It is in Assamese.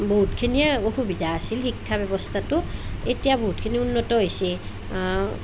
বহুতখিনিয়ে অসুবিধা আছিল শিক্ষা ব্যৱস্থাটো এতিয়া বহুতখিনি উন্নত হৈছে